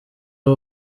ubu